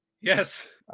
Yes